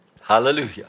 Hallelujah